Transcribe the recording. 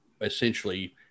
essentially